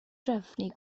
drefnu